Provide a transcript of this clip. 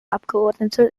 abgeordnete